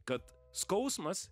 kad skausmas